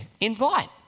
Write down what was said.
Invite